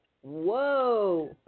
Whoa